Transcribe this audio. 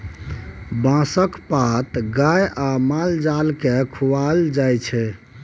बाँसक पात गाए आ माल जाल केँ खुआएल जाइ छै